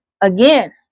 again